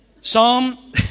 Psalm